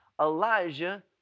Elijah